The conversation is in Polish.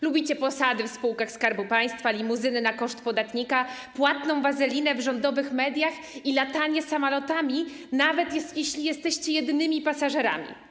Lubicie posady w spółkach Skarbu Państwa, limuzyny na koszt podatnika, płatną wazelinę w rządowych mediach i latanie samolotami, nawet jeśli jesteście jedynymi pasażerami.